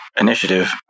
Initiative